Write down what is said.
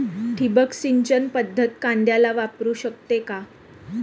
ठिबक सिंचन पद्धत कांद्याला वापरू शकते का?